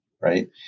right